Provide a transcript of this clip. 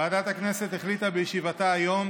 ועדת הכנסת החליטה בישיבתה היום